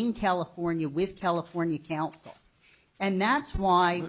in california with california counsel and that's why